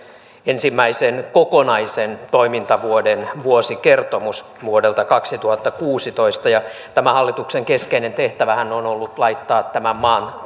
ensimmäisen kokonaisen toimintavuoden vuosikertomus vuodelta kaksituhattakuusitoista tämän hallituksen keskeinen tehtävähän on ollut laittaa tämä maan